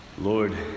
Lord